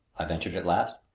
i ventured at last,